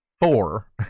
four